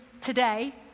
today